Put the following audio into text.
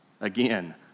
Again